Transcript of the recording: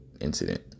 incident